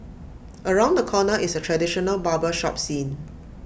around the corner is A traditional barber shop scene